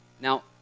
Now